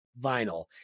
Vinyl